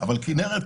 אבל כינרת,